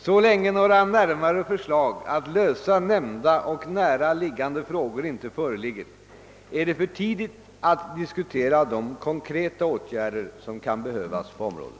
Så länge några närmare förslag att lösa nämnda och nära liggande frågor inte föreligger är det för tidigt att diskutera de konkreta åtgärder som kan behövas på området.